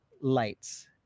lights